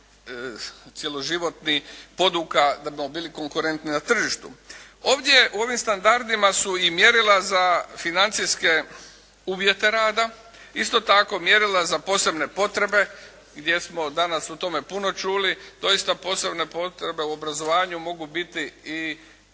ta cjeloživotna poduka da bismo bili konkurentni na tržištu. Ovdje u ovim standardima su i mjerila za financijske uvjete rada, isto tako mjerila za posebne potrebe gdje smo danas o tome puno čuli. Doista posebne potrebe u obrazovanju mogu biti i